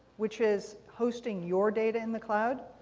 which is hosting your data in the cloud.